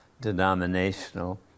denominational